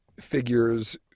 figures